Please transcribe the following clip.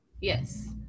Yes